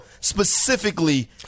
specifically